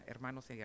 hermanos